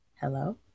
Hello